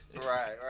right